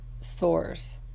source